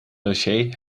dossier